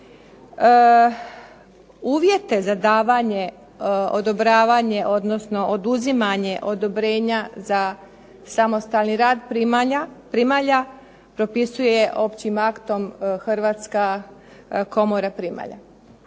Uvjete za davanje, odobravanje, odnosno oduzimanje odobrenja za samostalni rad primalja propisuje općim aktom Hrvatska komora primalja.